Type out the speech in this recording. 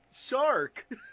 shark